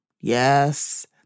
yes